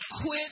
quit